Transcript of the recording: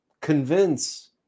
convince